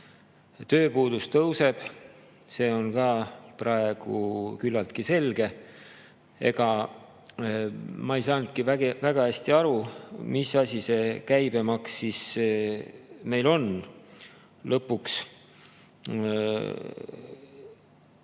Tööpuudus tõuseb, see on ka praegu küllaltki selge. Ega ma ei saanudki väga hästi aru, mis asi see käibemaks meil siis on. Lõpuks